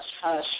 hush